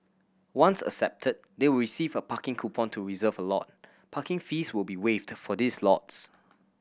once accepted they will receive a parking coupon to reserve a lot Parking fees will be waived for these lots